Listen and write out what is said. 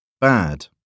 Bad